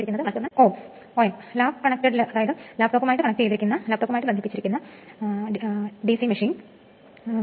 അതിനാൽ ഇത് ഒരു അടിസ്ഥാന ഭാഗം മാത്രമാണ്